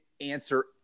answer